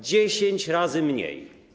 10 razy mniej.